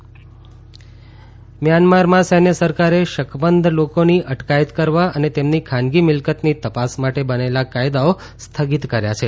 Myanmar કાયદાઓ મ્યાનમારમાં સૈન્ય સરકારે શકમંદ લોકોની અટકાયત કરવા અને તેમની ખાનગી મિલ્કતની તપાસ માટે બનેલા કાયદાઓ સ્થગિત કર્યા છે